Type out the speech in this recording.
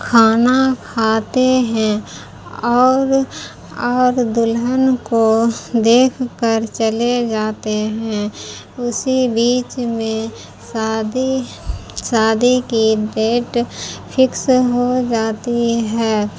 کھانا کھاتے ہیں اور اور دلہن کو دیکھ کر چلے جاتے ہیں اسی بیچ میں شادی شادی کی ڈیٹ فکس ہو جاتی ہے